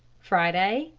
friday,